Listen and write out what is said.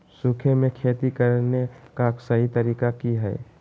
सूखे में खेती करने का सही तरीका की हैय?